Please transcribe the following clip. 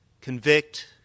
Convict